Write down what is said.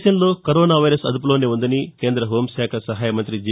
దేశంలో corona virus అదుపులోనే ఉందని కేంద్ర హోంశాఖ సహాయ మంత్రి జి